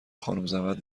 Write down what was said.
خانومزحمت